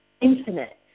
infinite